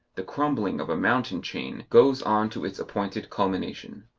the crumbling of a mountain-chain, goes on to its appointed culmination.